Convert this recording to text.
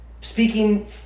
Speaking